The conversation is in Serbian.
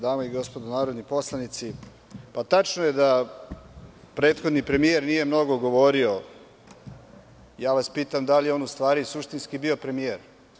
Dame i gospodo narodni poslanici, tačno je da prethodni premije nije mnogo govorio, pitam vas da li je on ustvari suštinski bio premijer?